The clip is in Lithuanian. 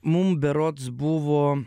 mum berods buvo